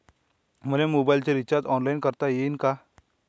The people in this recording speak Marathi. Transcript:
मले मोबाईलच रिचार्ज ऑनलाईन करता येईन का?